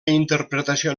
interpretació